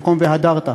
במקום "והדרת".